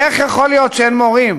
איך יכול להיות שאין מורים?